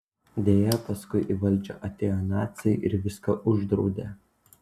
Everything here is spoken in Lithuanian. deja paskui į valdžią atėjo naciai ir viską uždraudė